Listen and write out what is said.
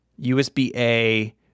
USB-A